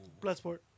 Bloodsport